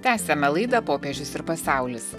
tęsiame laidą popiežius ir pasaulis